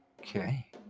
Okay